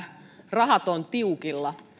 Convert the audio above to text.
rahat ovat tiukilla